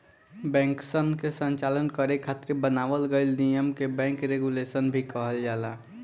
बैंकसन के संचालन करे खातिर बनावल गइल नियम के बैंक रेगुलेशन भी कहल जाला